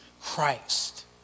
Christ